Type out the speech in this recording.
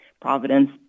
Providence